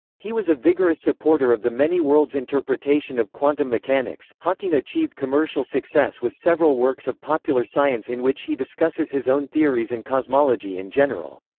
he was a vigorous supporter of the many-worlds interpretation of quantum mechanics hawking achieved commercial success with several works of popular science in which he discusses his own theories and cosmology in general.